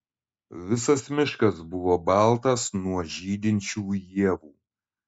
visas miškas buvo baltas nuo žydinčių ievų